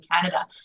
Canada